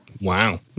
wow